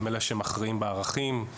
הם אלה שמכריעים בערכים,